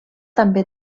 també